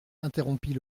interrompit